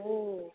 ও